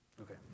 Okay